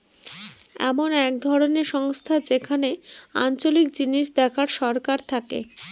এমন এক ধরনের সংস্থা যেখানে আঞ্চলিক জিনিস দেখার সরকার থাকে